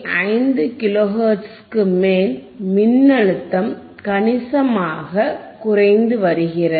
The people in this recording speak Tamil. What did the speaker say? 5 கிலோ ஹெர்ட்ஸுக்கு மேல் மின்னழுத்தம் கணிசமாகக் குறைந்து வருகிறது